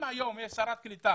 אם יש היום שרת קליטה